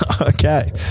Okay